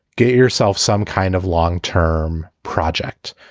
get yourself some kind of long term project.